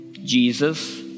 Jesus